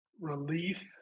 relief